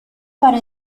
para